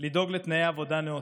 לדאוג לתנאי עבודה נאותים.